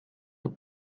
the